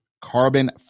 carbon